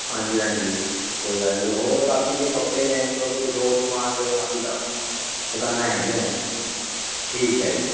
ਹਾਂਜੀ ਹਾਂਜੀ ਕੋਈ ਗੱਲ ਨਹੀਂ ਹੋਰ ਬਾਕੀ ਜੇ ਕੱਪੜੇ ਲੈਣੇ ਹੋਵੇ ਕੁਛ ਹੋਰ ਸਮਾਨ ਜਦੋਂ ਮਰਜ਼ੀ ਦੱਸ ਦਿਓ ਦੁਕਾਨਾਂ ਹੈਗੀਆਂ ਆ ਠੀਕ ਹੈ ਜੀ